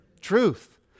Truth